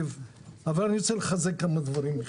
תישאר ממלכתי, אופיר.